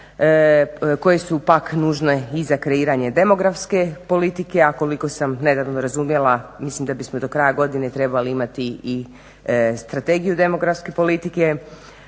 koje su pak nužne i za kreiranje demografske politike, a koliko sam nedavno razumjela mislim da bismo do kraja godine trebali imati i Strategiju demografske politike.